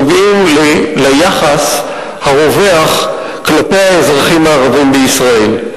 נוגעים ליחס הרווח כלפי האזרחים הערבים בישראל.